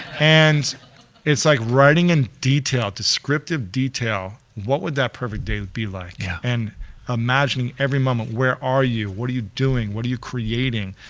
and it's like writing in detail, descriptive detail, what would that perfect day be like? yeah and imagining every moment where are you, what are you doing, what are you creating?